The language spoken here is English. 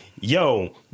yo